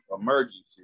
emergency